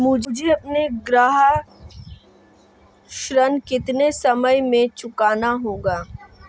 मुझे अपना गृह ऋण कितने समय में चुकाना होगा?